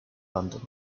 london